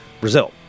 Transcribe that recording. Brazil